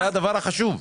זה הדבר החשוב.